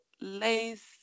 lace